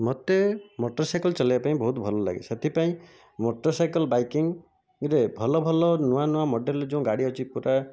ମୋତେ ମୋଟରସାଇକେଲ ଚଳାଇବା ପାଇଁ ବହୁତ ଭଲଲାଗେ ସେଥିପାଇଁ ମୋଟରସାଇକେଲ ବାଇକିଂରେ ଭଲ ଭଲ ନୂଆ ନୂଆ ମଡେଲ ଯେଉଁ ଗାଡ଼ି ଅଛି ପୂରା